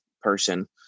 person